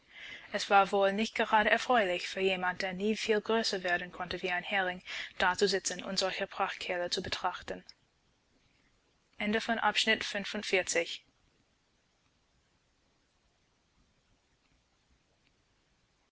es war wohl nicht gerade erfreulich für jemand der nie viel größer werden konnte wie ein hering dazusitzen und solche prachtkerle zu betrachten